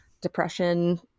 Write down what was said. depression